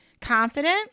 confident